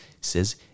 says